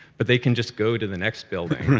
but they can just go to the next building.